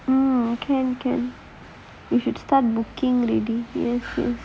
mmhmm okay okay should start booking already